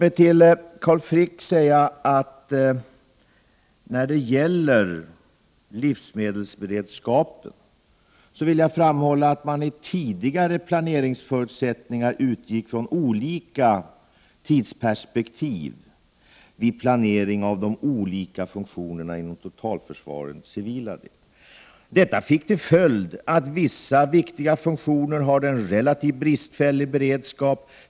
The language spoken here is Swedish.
När det gäller livsmedelsberedskapen vill jag framhålla följande för Carl Frick. I tidigare planeringsförutsättningar utgick man från olika tidsperspektiv vid planering av de olika funktionerna inom totalförsvarets civila del. Detta fick till följd att vissa viktiga funktioner har en relativt bristfällig beredskap.